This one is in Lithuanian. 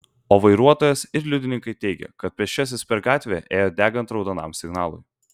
o vairuotojas ir liudininkai teigia kad pėsčiasis per gatvę ėjo degant raudonam signalui